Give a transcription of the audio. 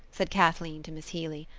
said kathleen to miss healy.